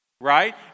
Right